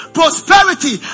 prosperity